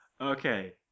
Okay